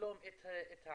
לבלום את העלייה,